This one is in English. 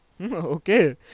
Okay